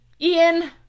Ian